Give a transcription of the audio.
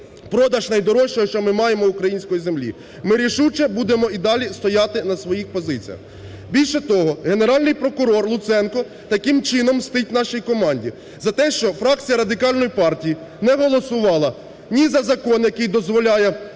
продаж найдорожчого, що ми маємо, – української землі. Ми рішуче будемо і далі стояти на своїх позиціях. Більше того, Генеральний прокурор Луценко таким чином мстить нашій команді за те, що фракція Радикальної партії не голосувала ні за закон, який дозволяє